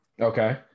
Okay